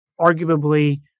arguably